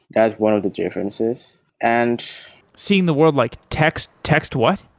that's one of the differences and seeing the world like text, text what?